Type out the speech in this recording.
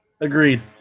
Agreed